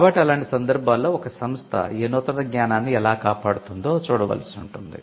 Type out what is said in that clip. కాబట్టి అలాంటి సందర్భాల్లో ఒక సంస్థ ఈ నూతన జ్ఞానాన్ని ఎలా కాపాడుతుందో చూడవలసి ఉంటుంది